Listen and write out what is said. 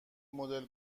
مدل